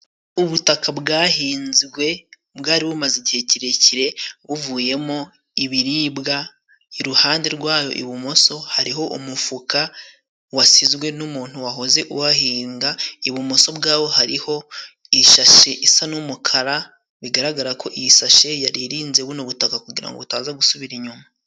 Ubutaka bwahinzwe bwari bumaze igihe kirekire buvuyemo ibiribwa .Iruhande rwayo ibumoso hariho umufuka wasizwe n'umuntu wahoze uhahinga, ibumoso bwaho hariho ishashe isa n'umukara, bigaragara ko iyi sashe yari irinze ubu butaka kugira butaza gusubira inyuma.